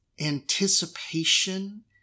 anticipation